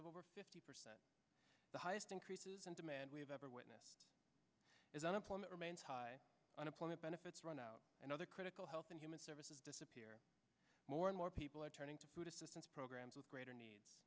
over fifty percent the highest increases in demand we have ever witnessed as unemployment remains high unemployment benefits run out and other critical health and human services disappear more and more people are turning to food assistance programs with greater need